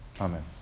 Amen